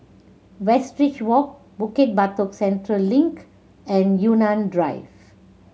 Westridge Walk Bukit Batok Central Link and Yunnan Drive